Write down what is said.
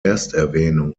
ersterwähnung